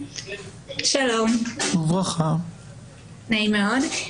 שלום, נעים מאוד.